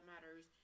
matters